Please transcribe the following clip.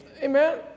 Amen